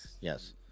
Yes